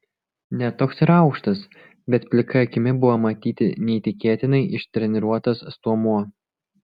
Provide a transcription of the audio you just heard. ne toks ir aukštas bet plika akimi buvo matyti neįtikėtinai ištreniruotas stuomuo